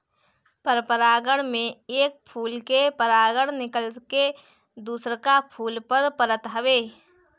परपरागण में एक फूल के परागण निकल के दुसरका फूल पर परत हवे